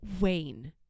Wayne